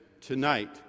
tonight